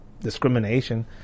discrimination